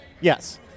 Yes